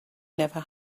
never